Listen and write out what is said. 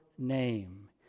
Name